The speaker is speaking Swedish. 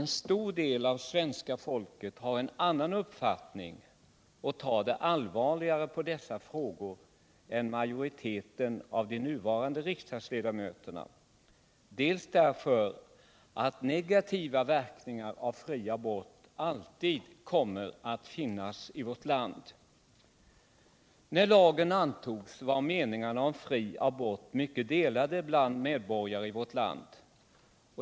En stor del av svenska folket har en annan uppfattning och tar allvarligare på dessa frågor än majoriteten av de nuvarande riksdagsledamöterna, och negativa verkningar av fri abort kommer alltid att finnas i vårt land. När lagen antogs var meningarna om fri abort mycket delade bland medborgarna i vårt land.